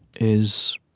is